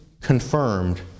confirmed